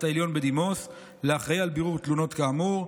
העליון בדימוס לאחראי על בירור תלונות כאמור.